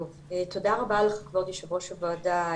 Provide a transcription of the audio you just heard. תודה רבה לך כבוד יושב ראש הוועדה,